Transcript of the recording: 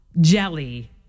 jelly